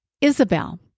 Isabel